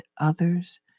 others